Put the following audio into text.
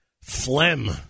phlegm